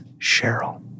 Cheryl